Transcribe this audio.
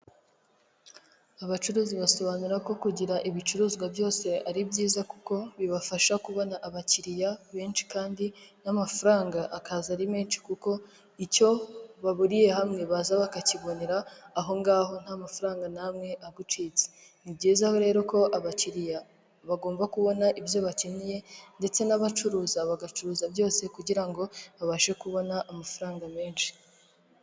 Imodoka yo mu bwoko bwa dayihatsu yifashishwa mu gutwara imizigo ifite ibara ry'ubururu ndetse n'igisanduku cy'ibyuma iparitse iruhande rw'umuhanda, aho itegereje gushyirwamo imizigo. Izi modoka zikaba zifashishwa mu kworoshya serivisi z'ubwikorezi hirya no hino mu gihugu. Aho zifashishwa mu kugeza ibintu mu bice bitandukanye by'igihugu.